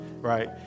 right